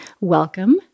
welcome